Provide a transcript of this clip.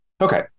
okay